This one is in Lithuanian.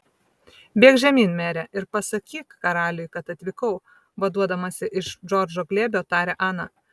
bėk žemyn mere ir pasakyk karaliui kad atvykau vaduodamasi iš džordžo glėbio tarė ana